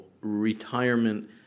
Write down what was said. retirement